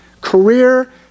Career